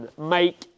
make